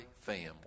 family